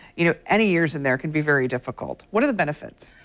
you know, any years in there can be very difficult what are the benefits?